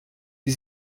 die